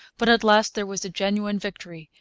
but at last there was a genuine victory,